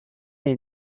est